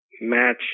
match